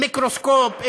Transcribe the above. איזה מיקרוסקופ,